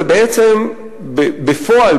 ובעצם בפועל,